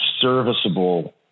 serviceable